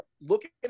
looking